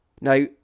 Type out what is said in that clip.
Now